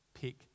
pick